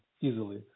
easily